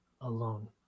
alone